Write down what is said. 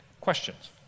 Questions